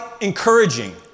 encouraging